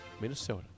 Minnesota